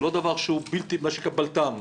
זה לא היה בלת"ם,